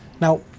Now